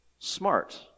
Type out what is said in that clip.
smart